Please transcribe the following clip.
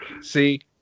see